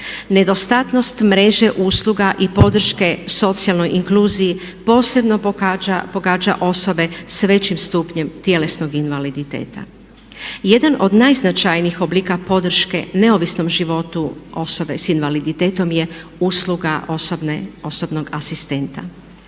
Nedostatnost mreže usluga i podrške socijalnoj inkluziji posebno pogađa osobe s većim stupnjem tjelesnog invaliditeta. Jedan od najznačajnijih oblika podrške neovisnom životu osobe s invaliditetom je usluga osobnog asistenta.